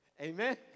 amen